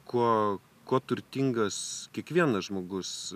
kuo kuo turtingas kiekvienas žmogus